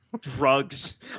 drugs